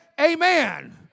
Amen